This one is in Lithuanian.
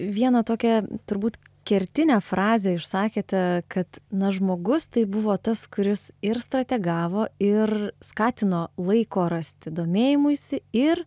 vieną tokią turbūt kertinę frazę išsakėte kad na žmogus tai buvo tas kuris ir strategavo ir skatino laiko rasti domėjimuisi ir